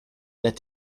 that